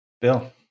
Bill